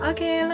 Okay